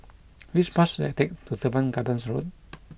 which bus I take to Teban Gardens Road